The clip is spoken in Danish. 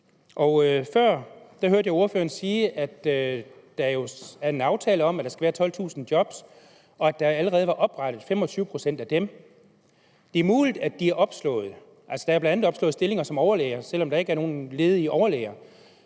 Før hørte jeg ordføreren sige, at der jo er en aftale om, at der skal være 12.000 job, og at der allerede var oprettet 25 pct. af dem. Det er muligt, at de er opslået, altså, der er jo bl.a. opslået stillinger som overlæger, selv om der ikke er nogen ledige overlæger.